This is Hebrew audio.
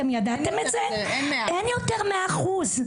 אין יותר 100 אחוז.